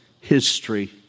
history